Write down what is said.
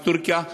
בטורקיה,